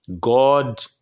God